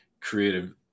creative